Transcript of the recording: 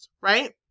right